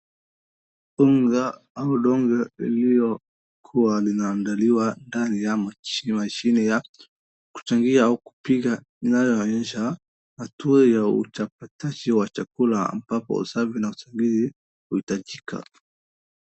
Unga au donge lililo kuwa linaandaliwa ndani ya mashini ya kuchungia au kupika inayoonyesha hatua ya upakatishi wa chakula ambapo service hii huhitajika.